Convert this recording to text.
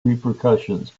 repercussions